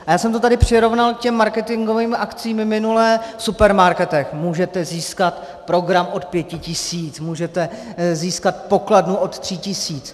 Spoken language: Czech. A já jsem to tady přirovnal k těm marketingovým akcím minule v supermarketech můžete získat program od 5 tis., můžete získat pokladnu od 3 tis.